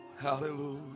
Hallelujah